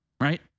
right